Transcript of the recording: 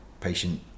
patient